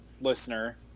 listener